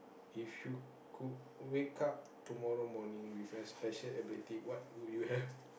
if you could wake up tomorrow morning with a special ability what would you have